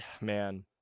man